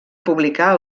publicar